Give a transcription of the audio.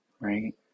right